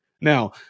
Now